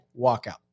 walkout